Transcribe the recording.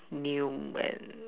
new and